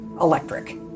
electric